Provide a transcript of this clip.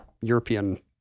European